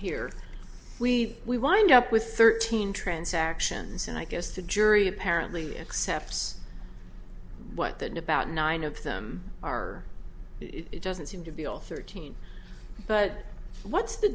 here we we wind up with thirteen transactions and i guess the jury apparently accepts what that about nine of them are it doesn't seem to be all thirteen but what's the